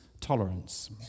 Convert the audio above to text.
tolerance